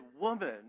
woman